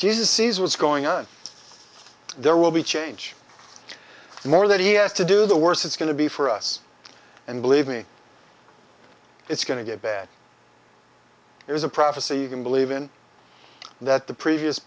jesus sees what's going on there will be change the more that he has to do the worse it's going to be for us and believe me it's going to get bad there's a prophecy you can believe in that the previous